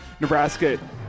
Nebraska